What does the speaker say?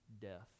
death